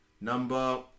Number